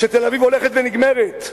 כשתל-אביב הולכת ונגמרת,